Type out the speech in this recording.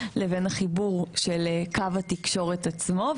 לבין החיבור של קו התקשורת עצמו.